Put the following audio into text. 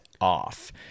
off